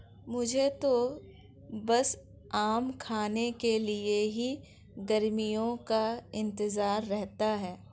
मुझे तो बस आम खाने के लिए ही गर्मियों का इंतजार रहता है